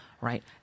right